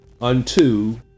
unto